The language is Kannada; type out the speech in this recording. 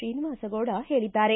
ಶ್ರೀನಿವಾಸಗೌಡ ಹೇಳಿದ್ದಾರೆ